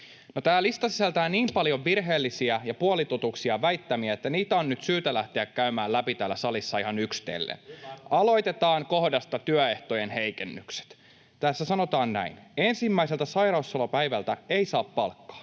tämä lista sisältää niin paljon virheellisiä väittämiä ja puolitotuuksia, että niitä on nyt syytä lähteä käymään läpi täällä salissa ihan yksitellen. [Juho Eerola: Hyvä!] Aloitetaan kohdasta ”Työehtojen heikennykset”. Tässä sanotaan näin: ”Ensimmäiseltä sairauspoissaolopäivältä ei saa palkkaa.”